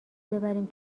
ببریم